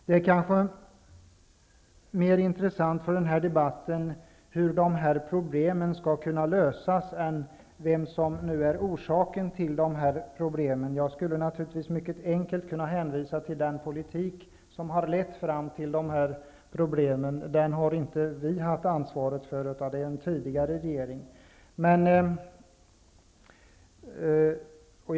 För den här debatten är det kanske mer intressant hur de här problemen skall kunna lösas än vem som är orsaken till problemen. Jag skulle naturligtvis mycket enkelt kunna hänvisa till den politik som har lett fram till problemen. Den politiken har inte vi utan en tidigare regering haft ansvaret för.